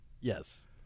Yes